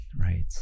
Right